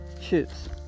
choose